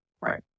Right